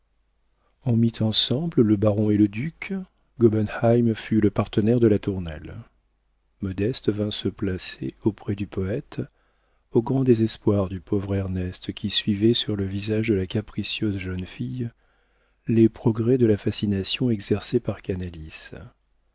on mit ensemble le baron et le duc gobenheim fut le partenaire de latournelle modeste vint se placer auprès du poëte au grand désespoir du pauvre ernest qui suivait sur le visage de la capricieuse jeune fille les progrès de la fascination exercée par